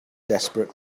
desperate